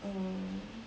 err